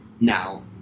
Now